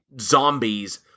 zombies